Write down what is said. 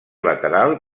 lateral